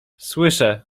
słyszę